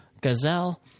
Gazelle